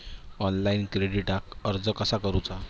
Online क्रेडिटाक अर्ज कसा करुचा?